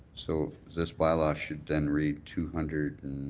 so this bylaw should then read two hundred